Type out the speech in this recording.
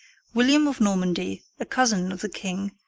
william of normandy, a cousin of the king,